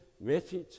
message